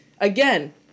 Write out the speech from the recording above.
Again